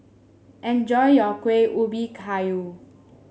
enjoy your Kuih Ubi Kayu